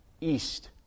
East